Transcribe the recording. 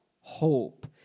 hope